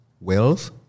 wealth